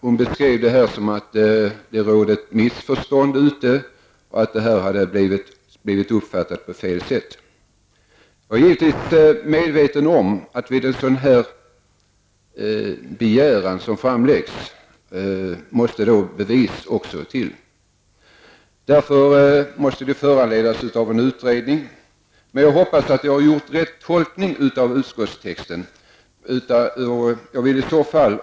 Hon sade att detta hade uppfattats på fel sätt. Jag är givetvis medveten om att man när man framför en sådan begäran också måste framlägga bevis. Därför måste förslaget föranleda en utredning. Jag hoppas att jag har tolkat utskottstexten rätt.